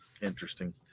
Interesting